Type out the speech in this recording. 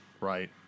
right